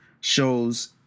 shows